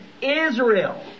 Israel